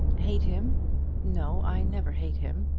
hate him no, i never hate him.